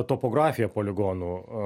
topografija poligonų